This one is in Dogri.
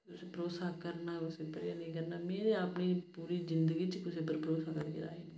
तुस भरोसा करना कुसै उप्पर नी करना में ते अपनी पूरी जिंदगी च कुसै पर भरोसा करियै राजी नेईं